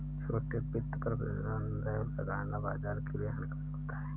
छोटे वित्त पर प्रतिबन्ध लगाना बाज़ार के लिए हानिकारक होता है